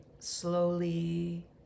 slowly